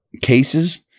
cases